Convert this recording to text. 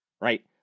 Right